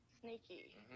Sneaky